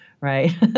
Right